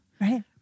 Right